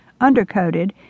undercoated